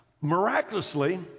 Miraculously—